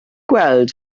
gweld